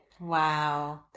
wow